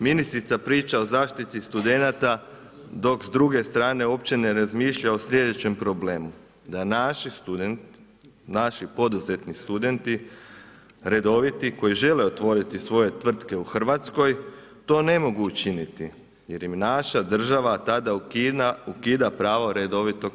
Ministrica priča o zaštiti studenata, dok s druge strane uopće ne razmišlja o sljedećem problemu, da naši poduzetni studenti, redoviti, koji žele otvoriti svoje tvrtke u Hrvatskoj, to ne mogu učiniti, jer im naša država tada ukida prava redovitog